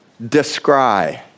Describe